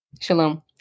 Shalom